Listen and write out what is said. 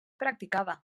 practicada